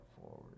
forward